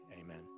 Amen